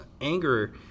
anger